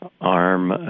arm